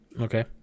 Okay